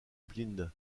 blind